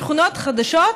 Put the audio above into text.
שכונות חדשות,